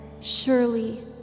surely